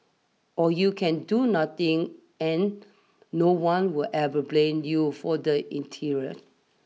or you can do nothing and no one will ever blame you for the interior